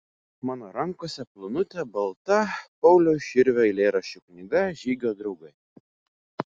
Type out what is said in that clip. mano rankose plonutė balta pauliaus širvio eilėraščių knyga žygio draugai